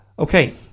Okay